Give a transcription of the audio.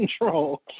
control